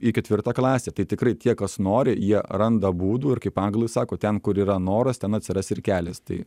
į ketvirtą klasę tai tikrai tie kas nori jie randa būdų ir kaip anglai sako ten kur yra noras ten atsiras ir kelias tai